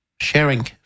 sharing